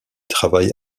travail